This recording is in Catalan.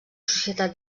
societat